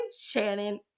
Shannon